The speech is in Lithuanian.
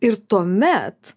ir tuomet